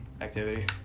activity